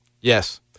Yes